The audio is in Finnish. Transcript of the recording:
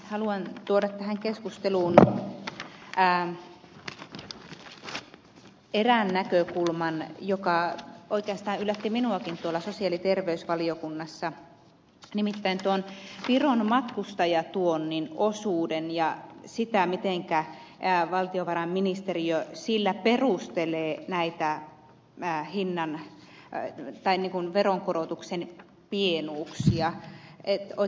haluan tuoda tähän keskusteluun erään näkökulman joka oikeastaan yllätti minuakin sosiaali ja terveysvaliokunnassa nimittäin viron matkustajatuonnin osuuden ja sen miten valtiovarainministeriö sillä perustelee näitä lähinnä on päätynyt taimikon veron korotuksen iinu ja veronkorotuksen pienuuksia